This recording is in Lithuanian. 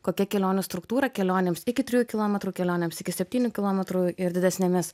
kokia kelionių struktūra kelionėms iki trijų kilometrų kelionėms iki septynių kilometrų ir didesnėmis